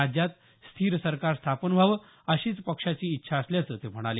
राज्यात स्थिर सरकार स्थापन व्हावं अशीच पक्षाची इच्छा असल्याचं ते म्हणाले